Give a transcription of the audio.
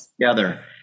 together